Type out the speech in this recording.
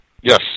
Yes